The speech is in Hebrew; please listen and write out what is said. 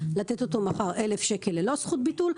לתת אותו מחר כ-1,000 שקל ללא זכות ביטול,